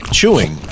chewing